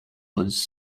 was